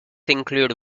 include